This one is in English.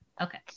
Okay